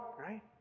right